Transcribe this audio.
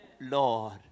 Lord